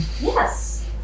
Yes